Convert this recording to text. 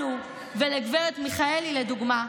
לנו ולגברת מיכאלי, לדוגמה,